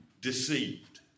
deceived